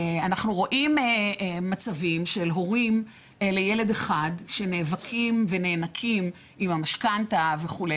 אנחנו רואים מצבים של הורים לילד אחד שנאבקים ונאנקים עם המשכנתא וכו',